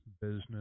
business